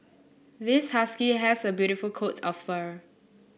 this husky has a beautiful coat of fur